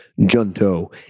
junto